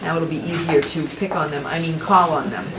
now it'll be easier to pick on them i mean calling them